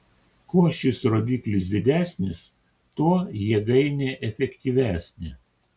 kuo šis rodiklis didesnis tuo jėgainė efektyvesnė